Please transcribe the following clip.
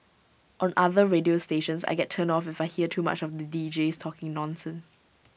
on other radio stations I get turned off if I hear too much of the Deejays talking nonsense